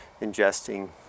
ingesting